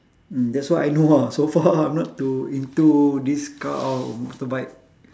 mm that's what I know ah so far I'm not to into this car or motorbike